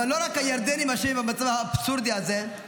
אבל לא רק הירדנים אשמים במצב האבסורדי הזה,